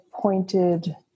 pointed